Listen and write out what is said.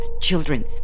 children